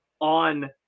on